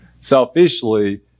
Selfishly